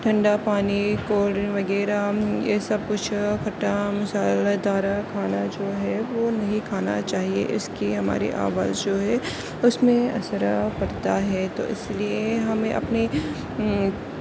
ٹھنڈا پانی cold drink وغیرہ یہ سب کچھ کھٹا مسالے دار کھانا جو ہے وہ نہیں کھانا چاہیے اس کی ہماری آواز جو ہے اس میں اثر پڑتا ہے تو اس لیے ہمیں اپنے